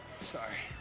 Sorry